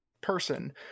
person